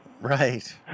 Right